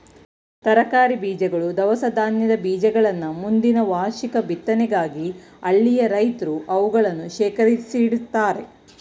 ತರಕಾರಿ ಬೀಜಗಳು, ದವಸ ಧಾನ್ಯದ ಬೀಜಗಳನ್ನ ಮುಂದಿನ ವಾರ್ಷಿಕ ಬಿತ್ತನೆಗಾಗಿ ಹಳ್ಳಿಯ ರೈತ್ರು ಅವುಗಳನ್ನು ಶೇಖರಿಸಿಡ್ತರೆ